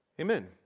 Amen